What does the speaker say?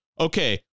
okay